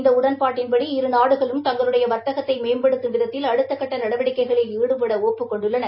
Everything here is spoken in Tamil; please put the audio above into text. இந்த உடன்பாட்டின்படி இருநாடுகளும் தங்களுடைய வர்த்தகத்தை மேம்படுத்தும் விதத்தில் அடுத்தக்கட்ட நடவடிக்கைளில் ஈடுபட ஒப்புக் கொண்டுள்ளன